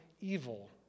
evil